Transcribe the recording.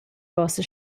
vossa